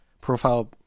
profile